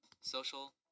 Social